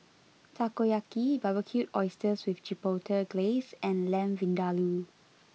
Takoyaki Barbecued Oysters with Chipotle Glaze and Lamb Vindaloo